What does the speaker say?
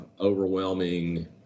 overwhelming